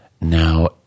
now